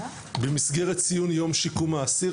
במסגרת ציון יום שיקום האסיר.